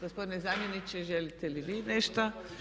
Gospodine zamjeniče želite li vi nešto?